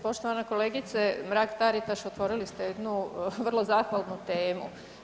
Poštovana kolegice Mrak-Taritaš, otvorili ste jednu vrlo zahvalnu temu.